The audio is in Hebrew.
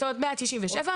זאת אומרת: סעיף 197,